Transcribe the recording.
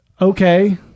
Okay